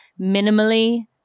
minimally